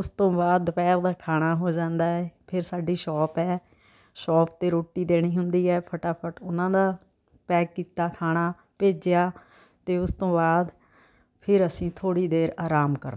ਉਸ ਤੋਂ ਬਾਅਦ ਦੁਪਹਿਰ ਦਾ ਖਾਣਾ ਹੋ ਜਾਂਦਾ ਹੈ ਫਿਰ ਸਾਡੀ ਸ਼ੋਪ ਹੈ ਸ਼ੋਪ 'ਤੇ ਰੋਟੀ ਦੇਣੀ ਹੁੰਦੀ ਹੈ ਫਟਾਫਟ ਉਹਨਾਂ ਦਾ ਪੈਕ ਕੀਤਾ ਖਾਣਾ ਭੇਜਿਆ ਅਤੇ ਉਸ ਤੋਂ ਬਾਅਦ ਫਿਰ ਅਸੀਂ ਥੋੜ੍ਹੀ ਦੇਰ ਆਰਾਮ ਕਰਨਾ ਹੈ